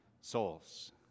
souls